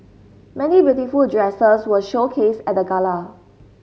many beautiful dresses were showcased at the gala